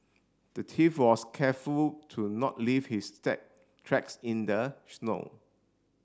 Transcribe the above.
the thief was careful to not leave his stack tracks in the snow